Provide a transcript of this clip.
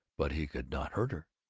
but he could not hurt her,